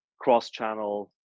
cross-channel